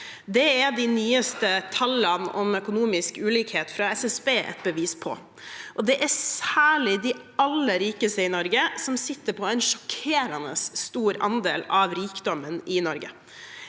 Det er de nyeste tallene om økonomisk ulikhet fra SSB et bevis på. Det er særlig de aller rikeste i Norge som sitter på en sjokkerende stor andel av rikdommen i Norge.